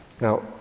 Now